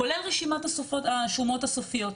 כולל רשימת השומות הסופיות,